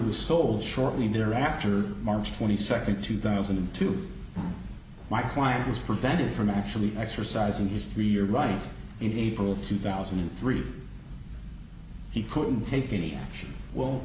was sold shortly thereafter march twenty second two thousand and two my client was prevented from actually exercising his three year lines in april two thousand and three he couldn't take any action will